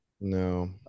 No